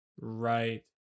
Right